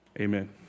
Amen